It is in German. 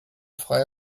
freie